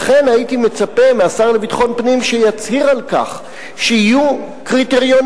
לכן הייתי מצפה מהשר לביטחון פנים שיצהיר על כך שיהיו קריטריונים